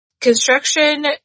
Construction